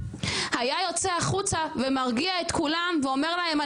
היה יוצא החוצה ומרגיע את כולם ואומר להם,